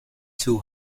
two